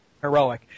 heroic